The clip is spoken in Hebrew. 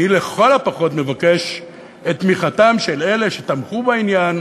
אני לכל הפחות מבקש את תמיכתם של אלה שתמכו בעניין,